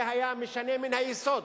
זה היה משנה מן היסוד